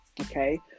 okay